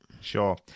Sure